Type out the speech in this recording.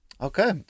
Okay